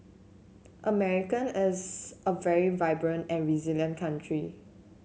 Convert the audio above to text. America is a very vibrant and resilient country